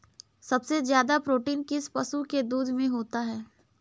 सबसे ज्यादा प्रोटीन किस पशु के दूध में होता है?